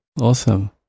Awesome